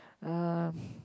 love